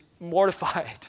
mortified